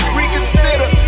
reconsider